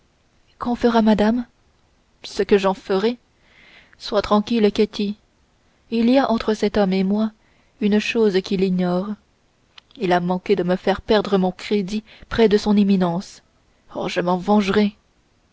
qu'en fera madame ce que j'en ferai sois tranquille ketty il y a entre cet homme et moi une chose qu'il ignore il a manqué me faire perdre mon crédit près de son éminence oh je me vengerai